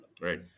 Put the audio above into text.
Right